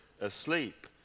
asleep